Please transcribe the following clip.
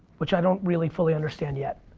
which i don't really fully understand yet.